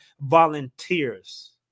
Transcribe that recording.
volunteers